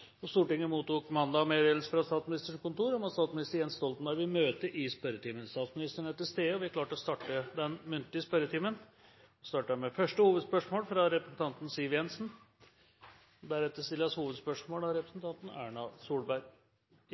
og treforedlingsindustri. Forslagene vil bli behandlet på reglementsmessig måte. Stortinget mottok mandag meddelelse fra Statsministerens kontor om at statsminister Jens Stoltenberg vil møte til muntlig spørretime. Statsministeren er til stede, og vi er klare til å starte den muntlige spørretimen. Vi starter med første hovedspørsmål, fra representanten Siv